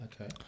okay